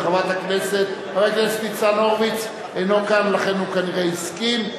חבר הכנסת ניצן הורוביץ אינו כאן ולכן הוא כנראה הסכים.